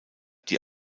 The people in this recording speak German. die